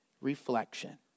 reflection